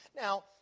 Now